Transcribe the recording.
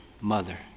mother